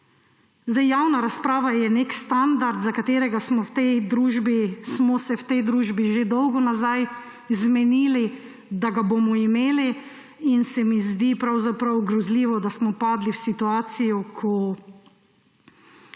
dan. Javna razprava je nek standard, za katerega smo se v tej družbi že dolgo nazaj zmenili, da ga bomo imeli, in se mi zdi pravzaprav grozljivo, da smo padli v situacijo, ko